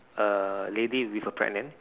a lady with a pregnant